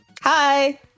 Hi